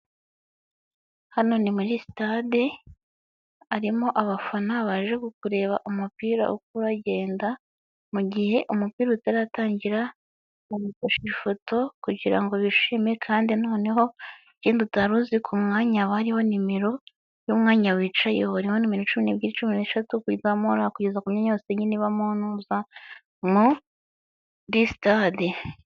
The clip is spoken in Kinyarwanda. Hano ni muri sitade, harimo abafana baje kureba umupira uko uragenda, mu gihe umupira utaratangira bari gufata ifoto, kugira ngo bishime, kandi noneho ikindi utari uzi, ku mwanya haba hariho nimero y'umwanya wicayeho. Hariho cumi n'ebyiri, cumi n'eshatu kuzamura kugeza ku myanya yose iba muri sitade.